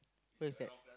where is that